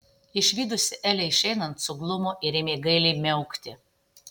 išvydusi elę išeinant suglumo ir ėmė gailiai miaukti